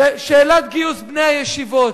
שאלת גיוס בני הישיבות,